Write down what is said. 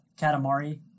Katamari